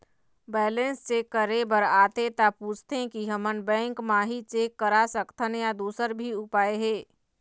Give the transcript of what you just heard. Balance check करे बर आथे ता पूछथें की हमन बैंक मा ही चेक करा सकथन या दुसर भी उपाय हे?